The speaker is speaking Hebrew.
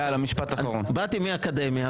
באתי מהאקדמיה,